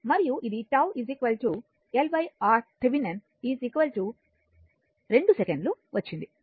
మరియు ఇది τ LRThevenin 2 సెకన్లు వచ్చింది